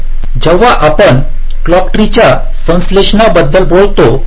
म्हणून जेव्हा आपण क्लॉक ट्री च्या संश्लेषणाबद्दल बोलतो